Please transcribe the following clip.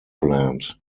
plant